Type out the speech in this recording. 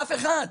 אף אחד.